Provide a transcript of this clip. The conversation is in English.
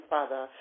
Father